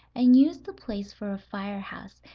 and used the place for a fire-house,